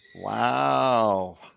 Wow